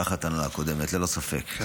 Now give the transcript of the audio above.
תחת ההנהלה הקודמת, ללא ספק.